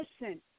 listen